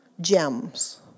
gems